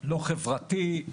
לא חברתי.